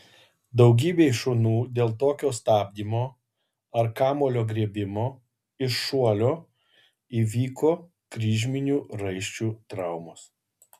daugybei šunų dėl tokio stabdymo ar kamuolio griebimo iš šuolio įvyko kryžminių raiščių traumos